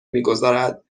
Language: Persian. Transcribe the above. میگذارد